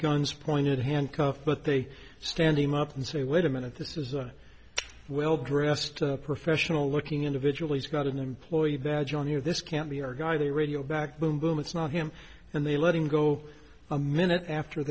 guns pointed handcuffs but they stand him up and say wait a minute this is a well dressed professional looking individual he's got an employee badge on here this can't be your guy the radio back boom boom it's not him and they let him go a minute after